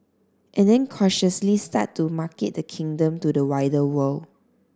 and then cautiously start to market the kingdom to the wider world